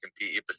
compete